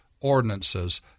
ordinances